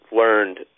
learned